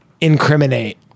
incriminate